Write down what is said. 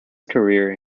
career